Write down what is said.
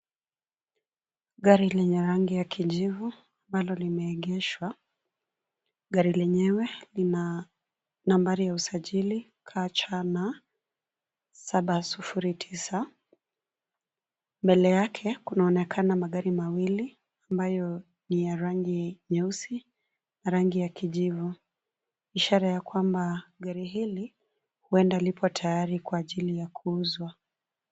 Gari lenye rangi la kijivu ambalo limeengeshwa. Gari lenyewe lina nambari la usajili KCN 709. Mbele yake kunaonekana magari mawili ambayo ni ya rangi nyeusi, rangi ya kijivu. Ishara ya kwamba gari hili huenda lipo tayari kwa ajiri ya kuuzwa.